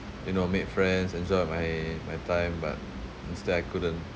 you know make friends enjoy my my time but instead I couldn't